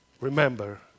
Remember